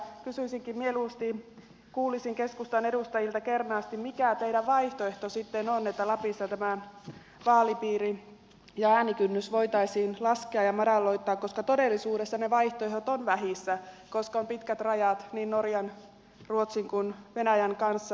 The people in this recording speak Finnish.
kysyisinkin mieluusti kuulisin keskustan edustajilta kernaasti mikä teidän vaihtoehtonne sitten on että lapissa tämä vaalipiiri ja äänikynnys voitaisiin laskea ja madalloittaa koska todellisuudessa ne vaihtoehdot ovat vähissä koska on pitkät rajat niin norjan ruotsin kuin venäjän kanssa